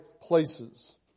places